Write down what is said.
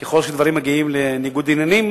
ככל שהדברים מגיעים לניגוד עניינים,